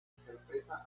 interpreta